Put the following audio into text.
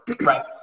Right